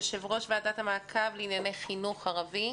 יושב-ראש ועדת המעקב לענייני חינוך ערבי.